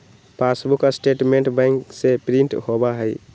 passbook statement bank से print होबा हई